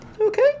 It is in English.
Okay